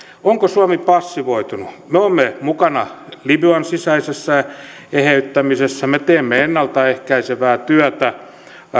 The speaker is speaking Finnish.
onko suomi passivoitunut me olemme mukana libyan sisäisessä eheyttämisessä me teemme ennalta ehkäisevää työtä